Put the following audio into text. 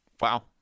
Wow